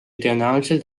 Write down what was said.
tõenäoliselt